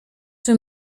czy